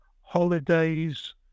holidays